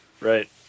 Right